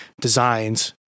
designs